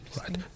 right